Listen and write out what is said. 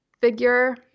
figure